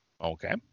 Okay